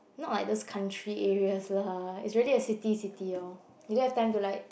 not like those country areas lah it's really a city city lor you don't to have time to like